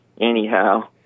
anyhow